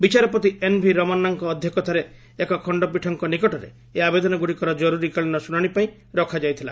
ବିଚାରପତି ଏନ୍ଭି ରମନାଙ୍କ ଅଧ୍ୟକ୍ଷତାରେ ଏକ ଖଣ୍ଡପୀଠଙ୍କ ନିକଟରେ ଏହି ଆବେଦନଗୁଡ଼ିକର ଜରୁରିକାଳୀନ ଶୁଣାଣି ପାଇଁ ରଖାଯାଇଥିଲା